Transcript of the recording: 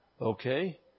Okay